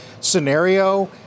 scenario